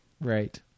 Right